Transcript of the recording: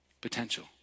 Potential